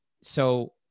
So-